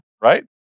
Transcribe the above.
Right